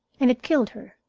and it killed her.